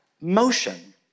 motion